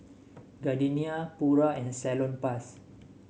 Gardenia Pura and Salonpas